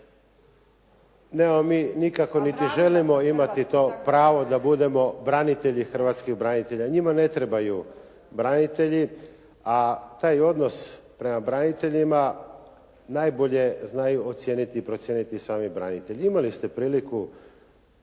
Nemamo mi nikakvo niti želimo imati to pravo da budemo branitelji hrvatskih branitelja. Njima ne trebaju branitelji a taj odnos prema braniteljima najbolje znaju ocijeniti i procijeniti sami branitelji. Imali ste priliku